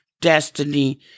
destiny